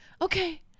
Okay